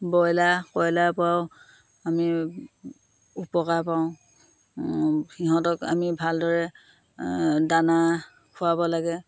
broiler কইলাৰৰ পৰাও আমি উপকাৰ পাওঁ সিহঁতক আমি ভালদৰে দানা খুৱাব লাগে